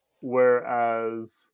Whereas